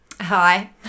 Hi